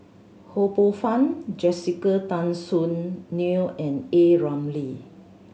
Ho Poh Fun Jessica Tan Soon Neo and A Ramli